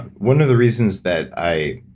one of the reasons that i.